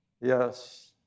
Yes